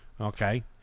Okay